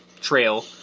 trail